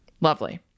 Lovely